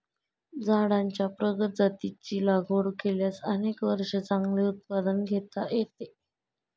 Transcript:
झाडांच्या प्रगत जातींची लागवड केल्यास अनेक वर्षे चांगले उत्पादन घेता येते